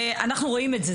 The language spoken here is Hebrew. אנחנו רואים את זה.